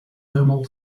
thermal